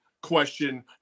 question